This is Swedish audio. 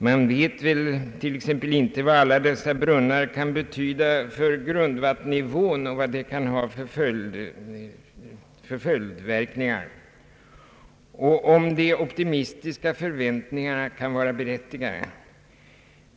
Man vet väl t.ex. inte vad alla dessa brunnar kan ha för inverkan på grundvattennivån och eventuella följdverkningar härav samt om de optimistiska förväntningarna kan vara berättigade.